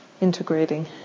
integrating